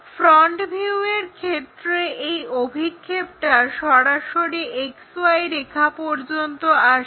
front view এর ক্ষেত্রে এর অভিক্ষেপটা সরাসরি XY রেখা পর্যন্ত আসে